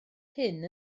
hyn